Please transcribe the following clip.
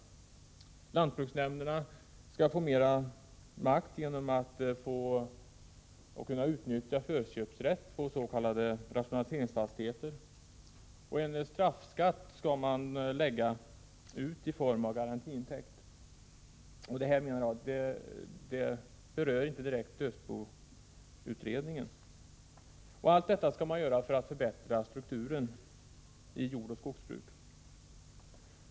Lantbruksnämnderna skall få mera makt genom att kunna utnyttja förköpsrätt till s.k. rationaliseringsfastigheter, och man skall lägga ut en straffskatt i form av garantiintäkt. Det här berör inte direkt dödsboutredningen, menar jag. Allt detta skall man göra för att förbättra strukturen i jordoch skogsbruket.